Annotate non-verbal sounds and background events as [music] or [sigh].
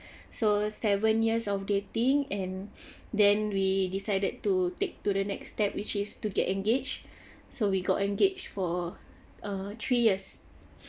so seven years of dating and [breath] then we decided to take to the next step which is to get engaged so we got engaged for err three years